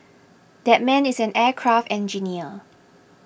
that man is an aircraft engineer